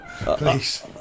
Please